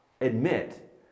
admit